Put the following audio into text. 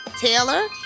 Taylor